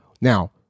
Now